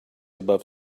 above